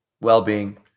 well-being